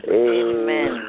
amen